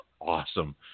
awesome